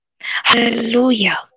hallelujah